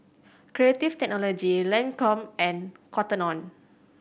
Creative Technology Lancome and Cotton On